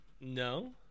No